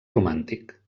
romàntic